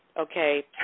okay